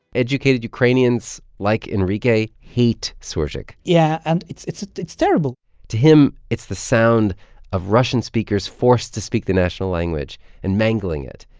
educated ukrainians, like enrique, hate surzhyk yeah. and it's it's terrible to him, it's the sound of russian speakers forced to speak the national language and mangling it.